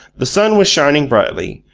the sun was shining brightly,